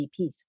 VPs